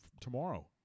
tomorrow